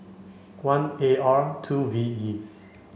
one A R two V E